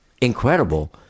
Incredible